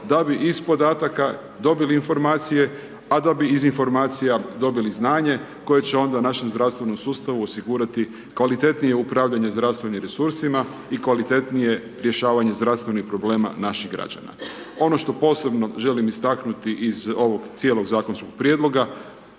da bi iz podataka dobili informacije, a da bi iz informacija dobili znanje koje će onda našem zdravstvenom sustavu osigurati kvalitetnije upravljanje zdravstvenim resursima i kvalitetnije rješavanje zdravstvenih problema naših građana. Ono što posebno želim istaknuti iz ovog cijelog zakonskog prijedloga,